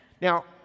now